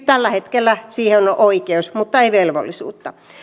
tällä hetkellä siihen on on oikeus mutta ei velvollisuutta